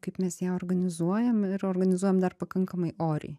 kaip mes ją organizuojam ir organizuojam dar pakankamai oriai